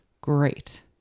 Great